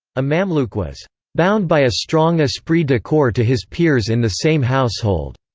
a mamluk was bound by a strong esprit de corps to his peers in the same household.